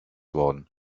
worden